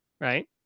right